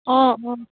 অঁ অঁ